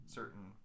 certain